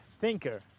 thinker